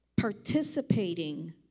Participating